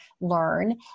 learn